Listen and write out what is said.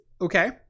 Okay